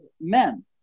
men